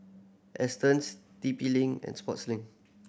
Astons T P Link and Sportslink